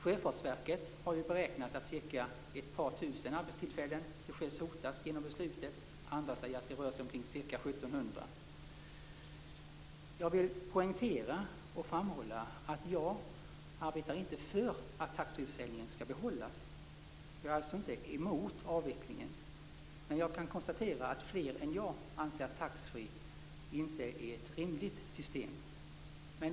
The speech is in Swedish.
Sjöfartsverket har beräknat att ett par tusen arbetstillfällen till sjöss hotas genom beslutet. Andra säger att det rör sig om ca 1 700. Jag vill poängtera och framhålla att jag inte arbetar för att taxfreeförsäljningen skall behållas. Jag är alltså inte emot avvecklingen, även om jag kan konstatera att fler än jag anser att taxfree inte är ett rimligt system.